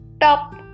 top